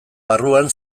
barruan